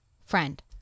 Friend